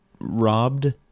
robbed